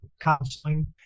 counseling